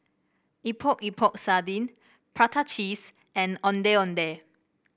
Epok Epok Sardin Prata Cheese and Ondeh Ondeh